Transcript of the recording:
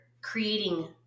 creating